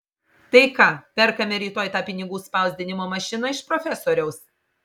tai ką perkame rytoj tą pinigų spausdinimo mašiną iš profesoriaus